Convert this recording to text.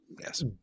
yes